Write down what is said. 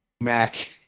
Mac